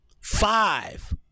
Five